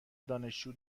دانشجو